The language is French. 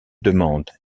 demande